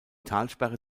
talsperre